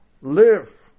live